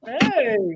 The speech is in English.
Hey